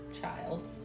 child